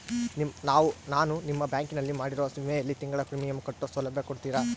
ನಾನು ನಿಮ್ಮ ಬ್ಯಾಂಕಿನಲ್ಲಿ ಮಾಡಿರೋ ವಿಮೆಯಲ್ಲಿ ತಿಂಗಳ ಪ್ರೇಮಿಯಂ ಕಟ್ಟೋ ಸೌಲಭ್ಯ ಕೊಡ್ತೇರಾ?